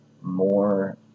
more